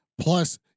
plus